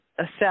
assess